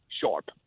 sharp